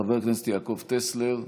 חבר הכנסת יעקב טסלר,